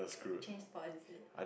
change spot is it